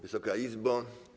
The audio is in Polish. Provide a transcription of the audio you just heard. Wysoka Izbo!